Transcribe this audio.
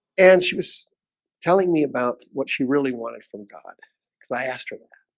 and she was telling me about what she really wanted from god because i ah so yeah